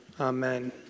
Amen